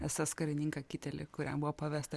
ss karininką kitelį kuriam buvo pavesta